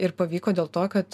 ir pavyko dėl to kad